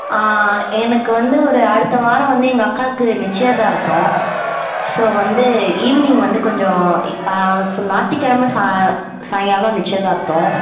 ஆ எனக்கு வந்து ஒரு அடுத்த வாரம் வந்து எங்கள் அக்காவுக்கு நிச்சயதார்த்தம் ஸோ வந்து ஈவினிங் வந்து கொஞ்சம் ஆ ஞாயித்துக்கெழம சாயங்காலம் நிச்சயதார்த்தம்